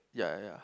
ya ya ya